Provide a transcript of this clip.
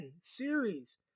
series